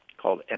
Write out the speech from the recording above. called